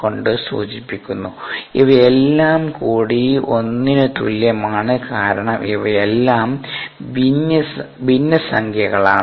കൊണ്ട് സൂചിപ്പിക്കുന്നു ഇവയെല്ലാംകൂടി ഒന്നിന് തുല്യമാണ് കാരണം ഇവയെല്ലാം ഭിന്നസംഖ്യകളാണ്